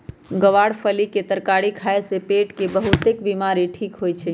ग्वार के फली के तरकारी खाए से पेट के बहुतेक बीमारी ठीक होई छई